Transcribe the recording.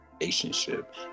relationship